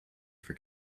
for